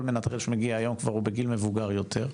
כל מנטרל שמגיע היום הוא בגיל מבוגר יותר,